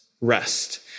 rest